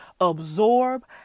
absorb